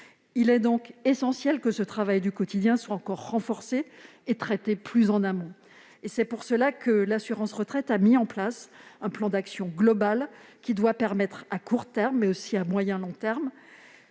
Il est donc essentiel que ce travail du quotidien soit encore renforcé et que ces anomalies soient traitées plus en amont. C'est pourquoi l'assurance retraite a mis en place un plan d'action global qui doit permettre à court terme, mais aussi à moyen et long termes,